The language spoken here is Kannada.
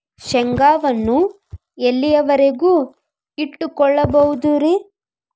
ಶೇಂಗಾವನ್ನು ಎಲ್ಲಿಯವರೆಗೂ ಇಟ್ಟು ಕೊಳ್ಳಬಹುದು ರೇ?